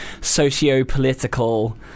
socio-political